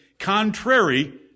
contrary